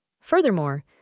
Furthermore